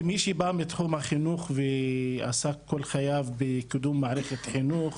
כמי שבא מתחום החינוך ועסק כל חייו בקידום מערכת החינוך